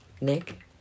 Nick